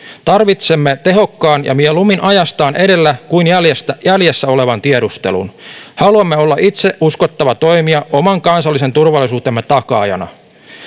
tarvitsemme tehokkaan ja mieluummin ajastaan edellä kuin jäljessä jäljessä olevan tiedustelun haluamme olla itse uskottava toimija oman kansallisen turvallisuutemme takaajana